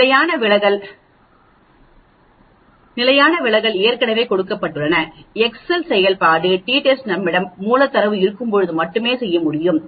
நிலையான விலகல் ஏற்கனவே கொடுக்கப்பட்டுள்ளன எக்செல் செயல்பாடு டி டெஸ்ட் நம்மிடம் மூல தரவு இருக்கும்போது மட்டுமே செய்ய முடியும்